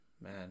man